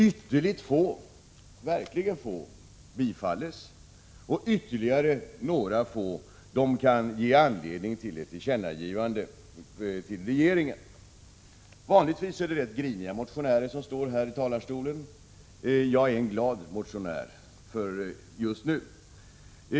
Ytterligt få — verkligt få — bifalls och ytterligare några få kan ge anledning till ett tillkännagivande till regeringen. Vanligtvis är det rätt griniga motionärer som står här i talarstolen. Jag är en glad motionär just nu.